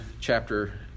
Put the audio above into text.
chapter